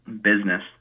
business